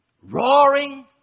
roaring